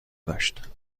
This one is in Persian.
داشت